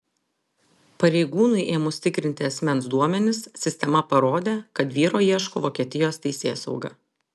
pareigūnui ėmus tikrinti asmens duomenis sistema parodė kad vyro ieško vokietijos teisėsauga